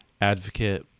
advocate